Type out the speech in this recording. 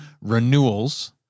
renewals